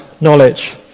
knowledge